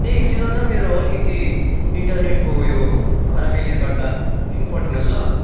ए एकछिन ल दा मेरो अलिकति इन्टरनेटको ऊ यो खराबीले गर्दा एकछिन पर्खिनुहोस् ल